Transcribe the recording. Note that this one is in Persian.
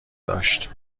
داشت